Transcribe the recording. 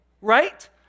right